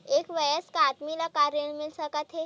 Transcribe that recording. एक वयस्क आदमी ल का ऋण मिल सकथे?